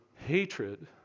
hatred